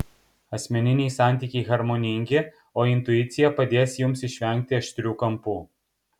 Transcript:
asmeniniai santykiai harmoningi o intuicija padės jums išvengti aštrių kampų